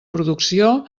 producció